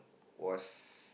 was